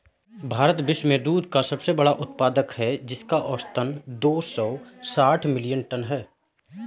भारत विश्व में दुग्ध का सबसे बड़ा उत्पादक है, जिसका औसत दो सौ साठ मिलियन टन है